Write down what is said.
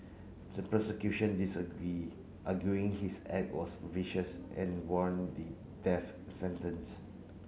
the prosecution disagree arguing his act was vicious and warranted death sentence